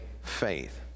faith